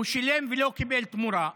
שהוא שילם ולא קיבל תמורה.